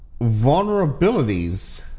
vulnerabilities